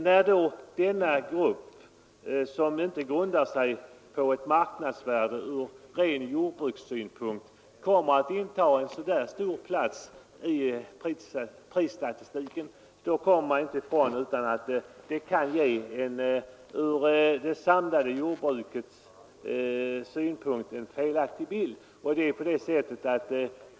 När då denna grupp av fastigheter, vilkas marknadsvärde inte grundar sig på rena jordbrukssynpunkter, intar en så stor plats i prisstatistiken, måste detta ge en från det samlade jordbrukets synpunkt felaktig bild.